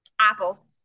Apple